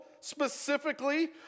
specifically